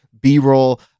B-roll